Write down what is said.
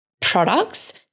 products